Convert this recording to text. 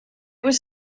was